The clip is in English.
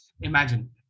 imagine